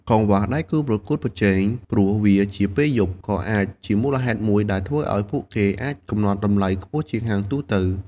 កង្វះដៃគូប្រកួតប្រជែង ព្រោះវាជាពេលយប់ ក៏អាចជាមូលហេតុមួយដែលធ្វើឲ្យពួកគេអាចកំណត់តម្លៃខ្ពស់ជាងហាងទូទៅ។